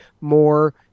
more